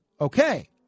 okay